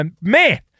Man